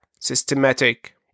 systematic